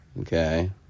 okay